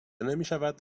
نمیشود